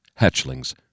Hatchlings